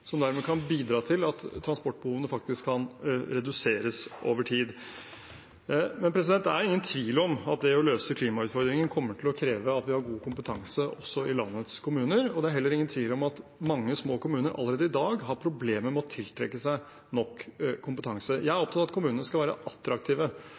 som dermed kan bidra til at transportbehovene faktisk kan reduseres over tid. Men det er ingen tvil om at det å løse klimautfordringene også kommer til å kreve at vi har god kompetanse i landets kommuner, og det er heller ingen tvil om at mange små kommuner allerede i dag har problemer med å tiltrekke seg nok kompetanse. Jeg er